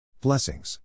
Blessings